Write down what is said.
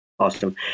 Awesome